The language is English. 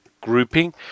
grouping